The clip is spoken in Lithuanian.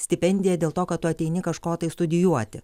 stipendija dėl to kad tu ateini kažko tai studijuoti